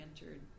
entered